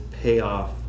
payoff